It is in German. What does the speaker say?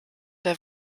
der